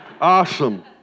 Awesome